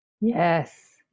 Yes